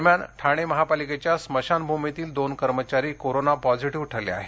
दरम्यान ठाणे पालिकेच्या स्मशानभूमीतील दोन कर्मचारी कोरोना पॉझिटीव ठरले आहेत